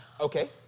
Okay